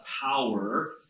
power